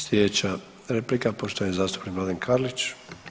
Slijedeća replika poštovani zastupnik Mladen Karlić.